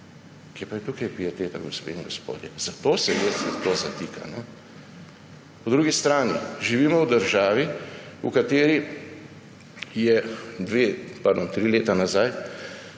Kje pa je tukaj pieteta, gospe in gospodje? Zato se zdaj vse to zatika. Po drugi strani živimo v državi, v kateri je tri leta nazaj